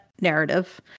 narrative